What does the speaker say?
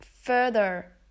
further